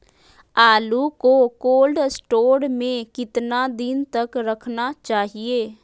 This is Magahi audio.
आलू को कोल्ड स्टोर में कितना दिन तक रखना चाहिए?